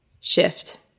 Shift